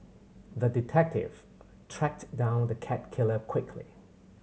the detective tracked down the cat killer quickly